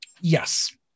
Yes